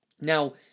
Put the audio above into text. Now